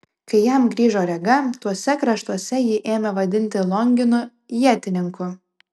kai jam grįžo rega tuose kraštuose jį ėmė vadinti longinu ietininku